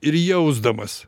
ir jausdamas